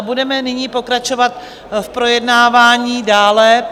A budeme nyní pokračovat v projednávání dále.